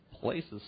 places